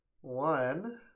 one